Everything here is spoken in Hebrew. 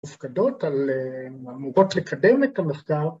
‫מופקדות על... אמורות לקדם את המחקר.